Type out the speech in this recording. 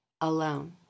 alone